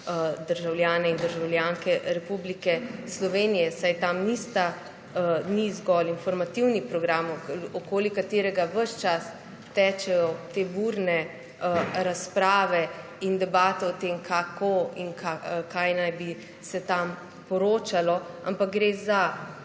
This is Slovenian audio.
državljane in državljanke Republike Slovenije. Saj tam ni zgolj informativni program, okoli katerega ves čas tečejo te burne razprave in debate o tem, kako in kaj naj bi se tam poročalo, ampak sta